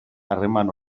harreman